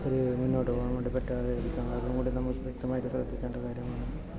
ഒരേ മുന്നോട്ടു പോകാൻ വേണ്ടി പറ്റാതെ അതുകൊണ്ട് നമുക്ക് വ്യക്തമായിട്ട് ശ്രദ്ധിക്കേണ്ട കാര്യങ്ങളാണ്